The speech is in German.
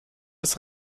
des